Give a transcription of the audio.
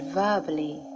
verbally